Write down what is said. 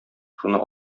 шуны